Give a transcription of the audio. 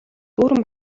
дүүрэн